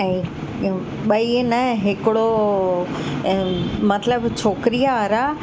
ऐं भई इहो न हिकिड़ो ऐं मतिलबु छोकिरीअ वारा